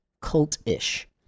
Cult-ish